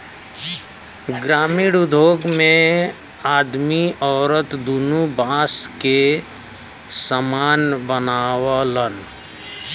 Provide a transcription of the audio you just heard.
ग्रामिण उद्योग मे आदमी अउरत दुन्नो बास के सामान बनावलन